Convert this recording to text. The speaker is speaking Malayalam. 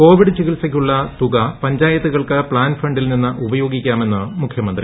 കോവിഡ് ചികിത്സയ്ക്കുള്ള തുക പഞ്ചായത്തുകൾക്ക് പ്താൻ ഫണ്ടിൽ നിന്ന് ഉപയോഗിക്കാമെന്ന് മുഖ്യമന്ത്രി